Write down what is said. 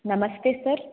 ನಮಸ್ತೆ ಸರ್